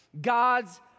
God's